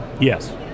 yes